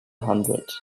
hundred